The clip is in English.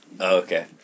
Okay